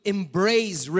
Embrace